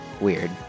weird